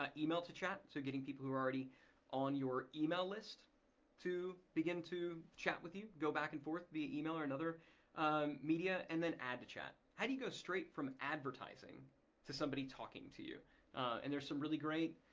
ah email to chat so getting people who are already on your email list to begin to chat with you, go back and forth via email or another media and then ad to chat. how do you go straight from advertising to somebody talking to you and there's some really great,